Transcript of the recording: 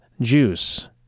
juice